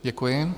Děkuji.